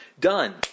Done